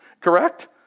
Correct